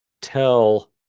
tell